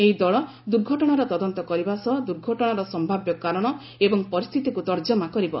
ଏହି ଦଳ ଦୁର୍ଘଟଣାର ତଦନ୍ତ କରିବା ସହ ଦୁର୍ଘଟଣାର ସମ୍ଭାବ୍ୟ କାରଣ ଏବଂ ପରିସ୍ଥିତିକୁ ତର୍ଜମା କରିବ